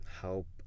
help